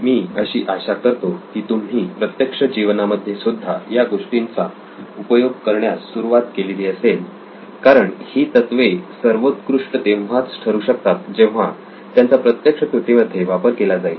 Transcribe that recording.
मी अशी आशा करतो की तुम्ही प्रत्यक्ष जीवनामध्ये सुद्धा या गोष्टींचा उपयोग करण्यास सुरुवात केलेली असेल कारण ही तत्वे सर्वोत्कृष्ट तेव्हाच ठरू शकतात जेव्हा त्यांचा प्रत्यक्ष कृतीमध्ये वापर केला जाईल